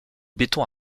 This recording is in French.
béton